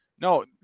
No